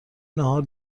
ناهار